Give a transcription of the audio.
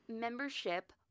membership